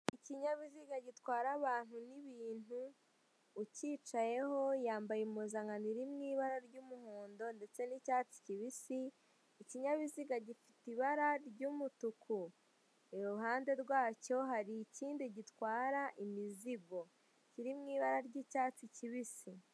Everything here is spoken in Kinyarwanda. Ikinyabiziga gitwara abantu n'ibintu ucyicayeho yambaye impuzankano irimo ibara ry'umuhondo ndetse n'icyatsi kibisi , ikinyabiziga gifite ibara ry'umutuku , iruhande rwacyo hari ikindi gitwara imizigo kirimo ibara ry'icyatsi kibisi.